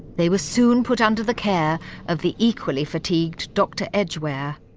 they were soon put under the care of the equally fatigued dr. edgware.